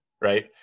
right